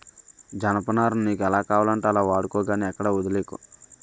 జనపనారని నీకు ఎలా కావాలంటే అలా వాడుకో గానీ ఎక్కడా వొదిలీకు